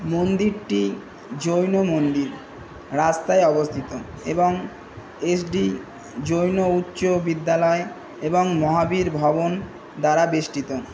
মন্দিরটি জৈন মন্দির রাস্তায় অবস্থিত এবং এসডি জৈন উচ্চ বিদ্যালয় এবং মহাবীর ভবন দ্বারা বেষ্টিত